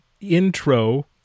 intro